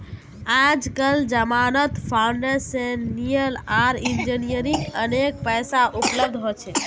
आजकल जमानत फाइनेंसियल आर इंजीनियरिंग अनेक पैसा उपलब्ध हो छे